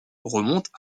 remontent